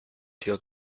tür